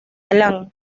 alan